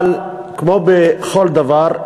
אבל כמו בכל דבר,